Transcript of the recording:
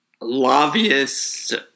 lobbyists